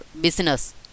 business